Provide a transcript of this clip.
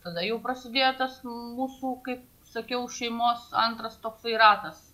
tada jau prasidėjo tas mūsų kaip sakiau šeimos antras toksai ratas